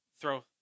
throw